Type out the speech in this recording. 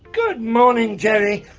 good morning, jerry.